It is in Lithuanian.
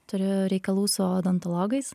turiu reikalų su odontologais